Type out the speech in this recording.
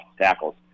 tackles